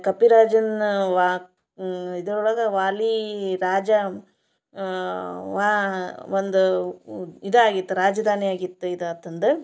ಕಪಿರಾಜನ ವಾ ಇದ್ರೊಳಗೆ ವಾಲಿರಾಜ ವಾ ಒಂದ ಉ ಇದಾಗಿತ್ತು ರಾಜಧಾನಿ ಆಗಿತ್ತು ಇದು ಆತಂದು